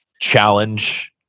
challenge